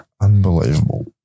Unbelievable